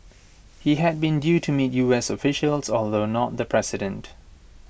he had been due to meet U S officials although not the president